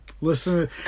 Listen